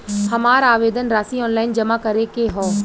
हमार आवेदन राशि ऑनलाइन जमा करे के हौ?